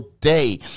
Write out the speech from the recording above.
day